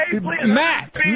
Matt